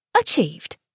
Achieved